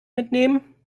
mitnehmen